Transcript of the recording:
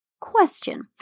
Question